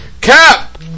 Cap